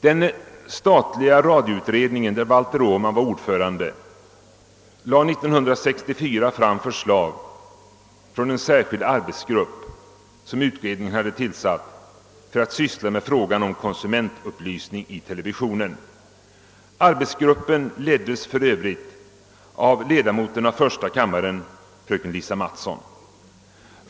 Den statliga radioutredningen, där Valter Åman var ordförande, lade 1964 fram förslag från en särskild arbetsgrupp, som utredningen hade tillsatt för att syssla med frågan om konsumentupplysning i televisionen. Arbetsgruppen leddes för övrigt av förstakammarledamoten fröken Lisa Mattson.